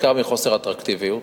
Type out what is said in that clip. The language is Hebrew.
בעיקר מחוסר אטרקטיביות,